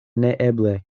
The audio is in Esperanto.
neeble